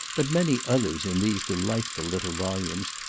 but many others in these delightful little volumes,